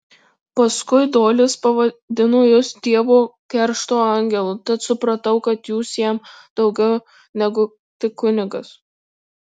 paskui doilis pavadino jus dievo keršto angelu tad supratau kad jūs jam daugiau negu tik kunigas